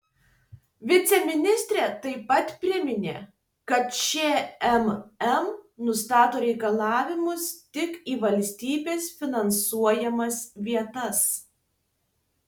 viceministrė taip pat priminė kad šmm nustato reikalavimus tik į valstybės finansuojamas vietas